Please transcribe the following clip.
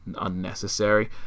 unnecessary